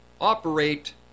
operate